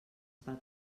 pel